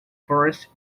forest